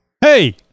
Hey